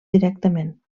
directament